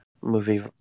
movie